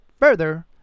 Further